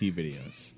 videos